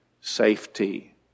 safety